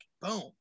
Boom